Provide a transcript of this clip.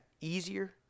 easier